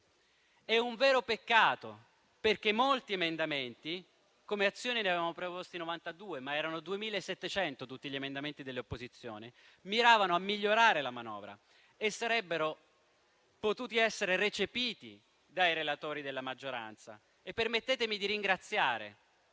È un vero peccato, perché molti emendamenti (noi di Azione ne avevamo proposti 92, ma tutti gli emendamenti delle opposizioni erano 2.700) miravano a migliorare la manovra e avrebbero potuto essere recepiti dai relatori della maggioranza. Permettetemi di ringraziare